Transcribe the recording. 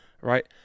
right